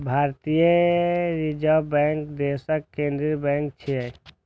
भारतीय reserve bank देशक केंद्रीय बैंक छियै